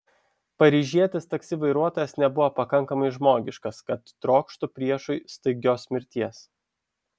paryžietis taksi vairuotojas nebuvo pakankamai žmogiškas kad trokštų priešui staigios mirties